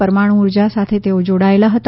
પરમાણુ ઊર્જા સાથે તેઓ જોડાયેલા હતા